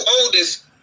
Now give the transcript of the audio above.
oldest